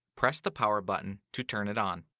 press the power button to turn it on.